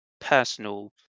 personal